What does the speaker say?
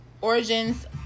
origins